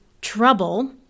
TROUBLE